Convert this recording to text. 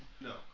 No